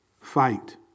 fight